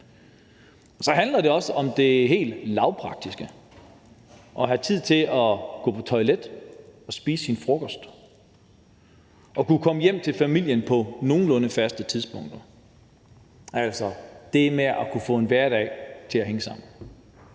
Så handler det også om det helt lavpraktiske: at have tid til at gå på toilettet og at spise sin frokost og at kunne komme hjem til familien på nogenlunde faste tidspunkter, altså det med at kunne få en hverdag til at hænge sammen.